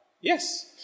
Yes